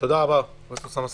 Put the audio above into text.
תודה רבה, אוסאמה סעדי.